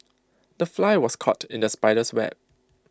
the fly was caught in the spider's web